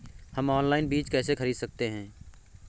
हम ऑनलाइन बीज कैसे खरीद सकते हैं?